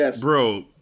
bro